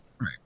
Right